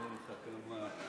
הבאנו לך, מה,